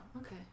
okay